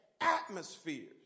atmospheres